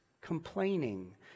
complaining